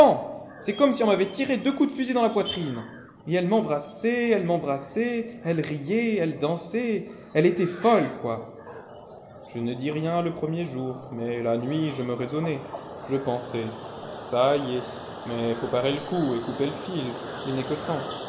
c'est comme si on m'avait tiré deux coups de fusil dans la poitrine et elle m'embrassait elle m'embrassait elle riait elle dansait elle était folle quoi je ne dis rien le premier jour mais la nuit je me raisonnai je pensais ça y est mais faut parer le coup et couper le fil il n'est que temps